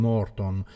Morton